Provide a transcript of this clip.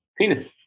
Penis